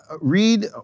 read